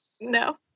no